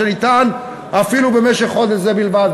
שניתן, אפילו במשך חודש זה בלבד.